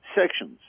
sections